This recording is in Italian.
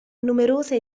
numerose